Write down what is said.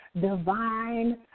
divine